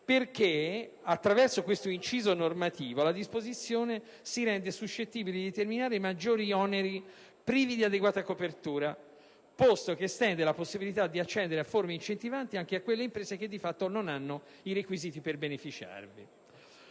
che attraverso tale inciso normativo la disposizione si rende suscettibile di determinare maggiori oneri privi di adeguata copertura, posto che estende la possibilità di accedere a forme incentivanti anche a quelle imprese che di fatto non hanno i requisiti per beneficiarvi".